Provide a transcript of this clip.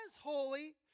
holy